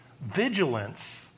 vigilance